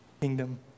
Kingdom